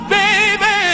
baby